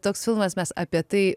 toks filmas mes apie tai